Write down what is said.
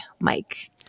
Mike